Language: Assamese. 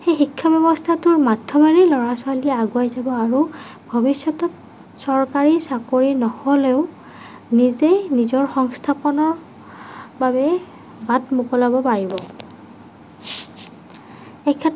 সেই শিক্ষা ব্যৱস্থাটোৰ মাধ্যমেৰে ল'ৰা ছোৱালী আগুৱাই যাব আৰু ভৱিষ্যতত চৰকাৰী চাকৰি নহ'লেও নিজে নিজৰ সংস্থাপনৰ বাবে বাট মোকলাব পাৰিব